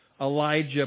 Elijah